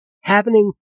happening